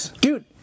dude